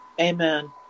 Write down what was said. Amen